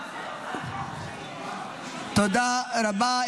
תודה רבה.